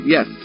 Yes